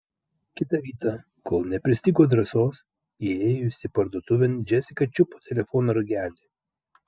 kitą rytą kol nepristigo drąsos įėjusi parduotuvėn džesika čiupo telefono ragelį